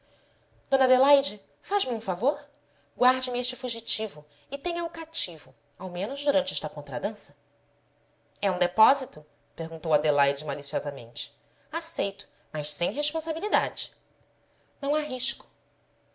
adelaide faz-me um favor guarde me este fugitivo e tenha o cativo ao menos durante esta contradança é um depósito perguntou adelaide maliciosamente aceito mas sem responsabilidade não há risco